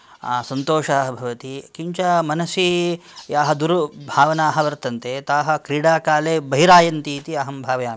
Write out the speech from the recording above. सन्तोषः भवति किञ्च मनसि याः दुर्भावनाः वर्तन्ते ताः क्रीडाकाले बहिरायान्ति इति अहं भावयामि